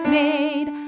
made